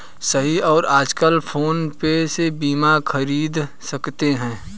सही है आजकल फ़ोन पे से बीमा ख़रीद सकते हैं